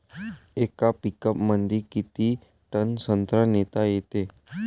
येका पिकअपमंदी किती टन संत्रा नेता येते?